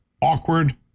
awkward